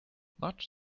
much